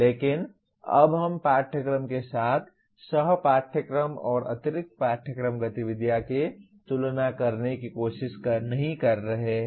लेकिन अब हम पाठ्यक्रम के साथ सह पाठयक्रम और अतिरिक्त पाठयक्रम गतिविधियां की तुलना करने की कोशिश नहीं कर रहे हैं